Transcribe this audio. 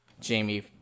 Jamie